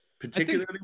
particularly